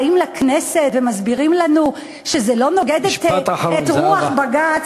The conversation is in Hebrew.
באים לכנסת ומסבירים לנו שזה לא נוגד את רוח בג"ץ.